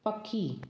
पखी